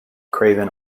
craven